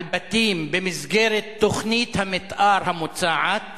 בתים במסגרת תוכנית המיתאר המוצעת